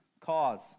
Cause